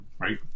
Right